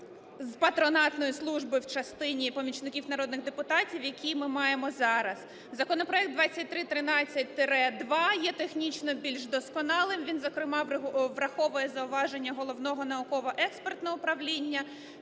з патронатної служби в частині помічників народних депутатів, які ми маємо зараз. Законопроект 2313-2 є технічно більш досконалим. Він, зокрема, враховую зауваження Головного науково-експертного управління.